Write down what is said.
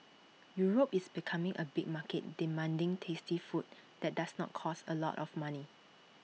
Europe is becoming A big market demanding tasty food that does not cost A lot of money